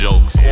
Jokes